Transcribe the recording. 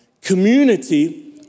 community